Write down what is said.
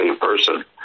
person